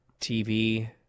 TV